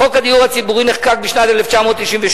חוק הדיור הציבורי נחקק בשנת 1998,